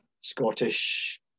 Scottish